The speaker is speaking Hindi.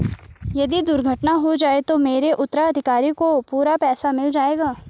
यदि दुर्घटना हो जाये तो मेरे उत्तराधिकारी को पूरा पैसा मिल जाएगा?